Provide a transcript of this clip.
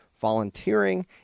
volunteering